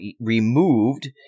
removed